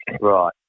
Right